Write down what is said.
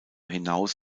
hinaus